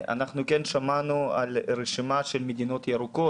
אנחנו כן שמענו על רשימה של מדינות ירוקות,